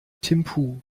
thimphu